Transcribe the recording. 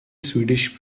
swedish